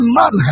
man